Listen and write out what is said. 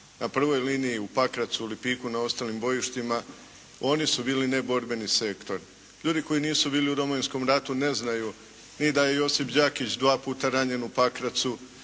na prvoj liniji u Pakracu, Lipiku, na ostalim bojištima. Oni su bili neborbeni sektor. Ljudi koji nisu bili u Domovinskom ratu ne znaju ni da je Josip Đakić dva puta ranjen u Pakracu,